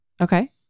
Okay